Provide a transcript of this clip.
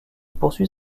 poursuit